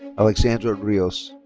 alexandra rios.